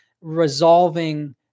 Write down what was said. resolving